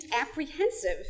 apprehensive